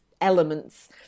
elements